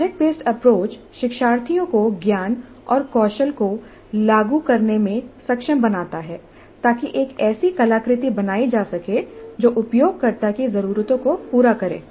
project based approach शिक्षार्थियों को ज्ञान और कौशल को लागू करने में सक्षम बनाता है ताकि एक ऐसी कलाकृति बनाई जा सके जो उपयोगकर्ता की जरूरतों को पूरा करे